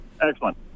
Excellent